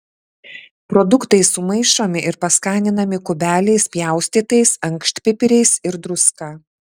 produktai sumaišomi ir paskaninami kubeliais pjaustytais ankštpipiriais ir druska